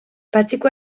patxiku